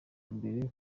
mbere